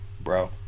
bro